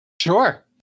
Sure